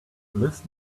listen